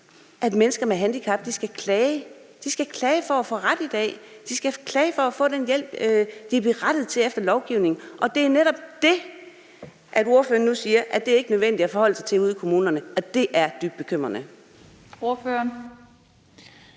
at mennesker med handicap skal klage for at få ret i dag. De skal klage for at få den hjælp, de er berettiget til efter lovgivningen. Det er netop det, ordføreren nu siger det ikke er nødvendigt at forholde sig til ude i kommunerne. Og det er dybt bekymrende. Kl.